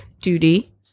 duty